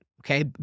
Okay